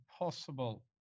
impossible